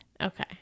okay